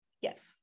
yes